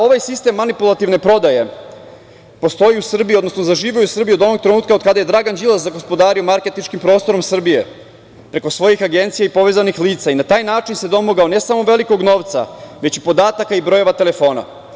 Ovaj sistem manipulativne prodaje zaživeo je u Srbiji od onog trenutka od kada je Dragan Đilas zagospodario marketinškim prostorom Srbije preko svojih agencija i povezanih lica i na taj način se domogao ne samo velikog novca, već i podataka i brojeva telefona.